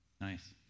Nice